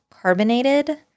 carbonated